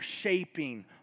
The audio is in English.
shaping